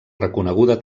reconeguda